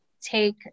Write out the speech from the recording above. take